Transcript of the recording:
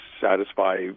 satisfy